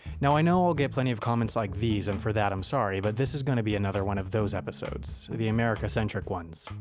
now i know i'll get plenty of comments like these and for that i'm sorry but this is going to be another one of those episodes the america centric ones.